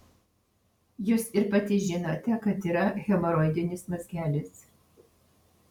jūs ir pati žinote kad yra hemoroidinis mazgelis